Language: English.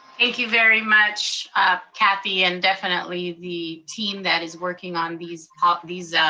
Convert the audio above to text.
thank you very much kathy, and definitely the team that is working on these ah these